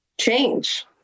change